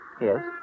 Yes